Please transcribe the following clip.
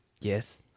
Yes